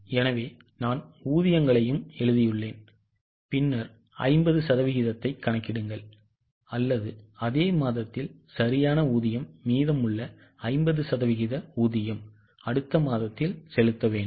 எனவே நான் ஊதியங்களை எழுதியுள்ளேன் பின்னர் 50 சதவிகிதத்தை கணக்கிடுங்கள் அல்லது அதே மாதத்தில் சரியான ஊதியம் மீதமுள்ள 50 சதவிகித ஊதியம் அடுத்த மாதத்தில் செலுத்த வேண்டும்